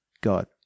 God